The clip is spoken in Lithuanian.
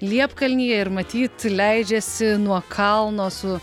liepkalnyje ir matyt leidžiasi nuo kalno su